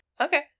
Okay